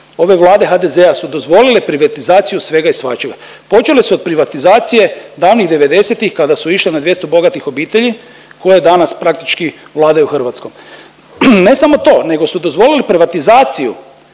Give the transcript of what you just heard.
ove Vlade HDZ-a su dozvolile privatizaciju svega i svačega. Počeli su od privatizacije davnih '90.-tih kada su išli na 200 bogatih obitelji koje danas praktički vladaju Hrvatskom. Ne samo to, nego su dozvolili privatizaciju